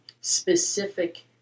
specific